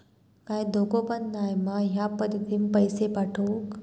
काय धोको पन नाय मा ह्या पद्धतीनं पैसे पाठउक?